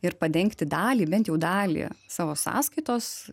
ir padengti dalį bent jau dalį savo sąskaitos